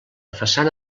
façana